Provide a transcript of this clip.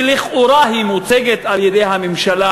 והיא מוצגת על-ידי הממשלה